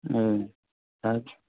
ओम आच्चा